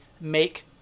make